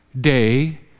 day